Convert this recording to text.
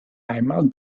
einmal